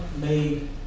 made